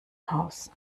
haus